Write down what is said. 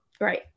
Right